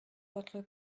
votre